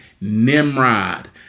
Nimrod